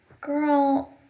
girl